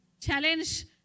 Challenge